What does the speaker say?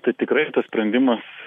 tai tikrai tas sprendimas